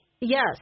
Yes